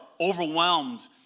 overwhelmed